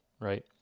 right